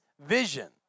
vision